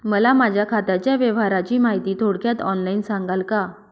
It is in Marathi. मला माझ्या खात्याच्या व्यवहाराची माहिती थोडक्यात ऑनलाईन सांगाल का?